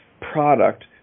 product